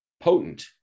potent